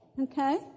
Okay